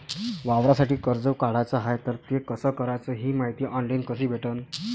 वावरासाठी कर्ज काढाचं हाय तर ते कस कराच ही मायती ऑनलाईन कसी भेटन?